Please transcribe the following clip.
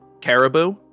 caribou